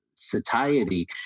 satiety